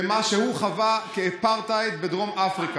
למה שהוא חווה כאפרטהייד בדרום אפריקה.